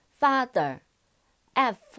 father，f 。